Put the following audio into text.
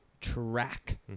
track